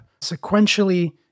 sequentially